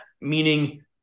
meaning